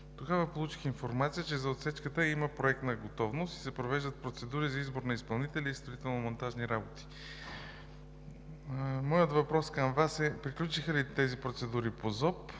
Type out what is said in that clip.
Тогава получих информация, че за отсечката има проектна готовност и се провеждат процедури за избор на изпълнител на строително-монтажните работи. Въпросът ми към Вас е: приключиха ли процедурите по